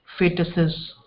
fetuses